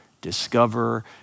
discover